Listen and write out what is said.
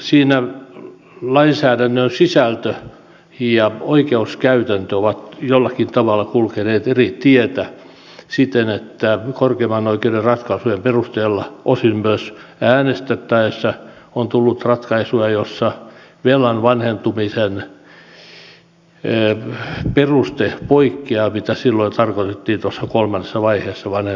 siinä lainsäädännön sisältö ja oikeuskäytäntö ovat jollakin tavalla kulkeneet eri teitä siten että korkeimman oikeuden ratkaisujen perusteella osin myös äänestettäessä on tullut ratkaisuja joissa velan vanhentumisen peruste poikkeaa siitä mitä tuossa kolmannessa vaiheessa tarkoitettiin vanhentumisella